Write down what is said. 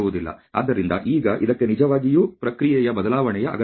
ಆದ್ದರಿಂದ ಈಗ ಇದಕ್ಕೆ ನಿಜವಾಗಿಯೂ ಪ್ರಕ್ರಿಯೆಯ ಬದಲಾವಣೆಯ ಅಗತ್ಯವಿದೆ